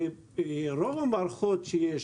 רוב המערכות שיש,